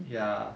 ya